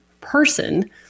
person